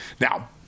Now